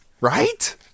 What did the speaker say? Right